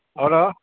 hello